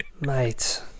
mate